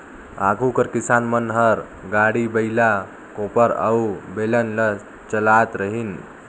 आघु कर किसान मन हर गाड़ी, बइला, कोपर अउ बेलन ल चलात रहिन